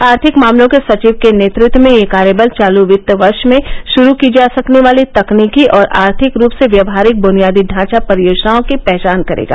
आर्थिक मामलों के सचिव के नेतृत्व में यह कार्यबल चालू वित्त वर्ष में शुरू की जा सकने वाली तकनीकी और आर्थिक रूप से व्यावहारिक बुनियादी ढांचा परियोजनाओं की पहचान करेगा